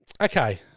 Okay